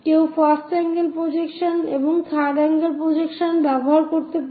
কেউ first angle projection এবং third angle projection ব্যবহার করতে পারে